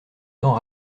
temps